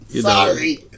Sorry